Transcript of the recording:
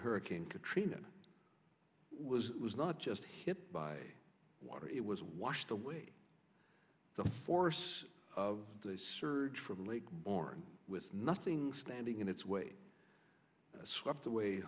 hurricane katrina was it was not just hit by water it was washed away the force of the surge from lake borne with nothing standing in its way swept away